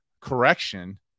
correction